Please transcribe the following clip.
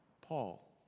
Paul